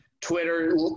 Twitter